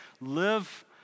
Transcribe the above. live